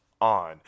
On